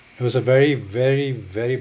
was a very very very